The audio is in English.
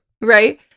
right